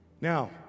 Now